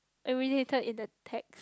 I really hated in the tag